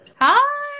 Hi